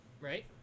right